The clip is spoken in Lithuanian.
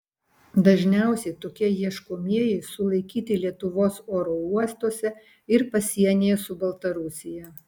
dažniausiai tokie ieškomieji sulaikyti lietuvos oro uostuose ir pasienyje su baltarusija